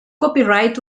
copyright